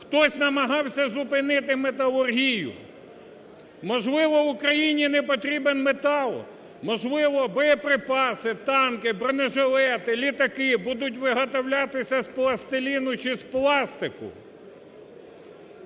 хтось намагався зупинити металургію? Можливо, Україні не потрібен метал, може боєприпаси, танки, бронежилети, літаки будуть виготовлятися з пластиліну чи з пластику?